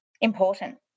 important